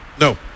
No